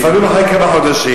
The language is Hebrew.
לפעמים אחרי כמה חודשים.